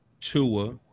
Tua